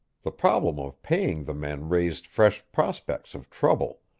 the problem of paying the men raised fresh prospects of trouble,